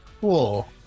Cool